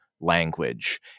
language